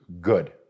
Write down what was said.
good